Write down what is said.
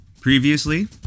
Previously